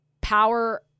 power